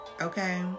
okay